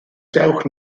dewch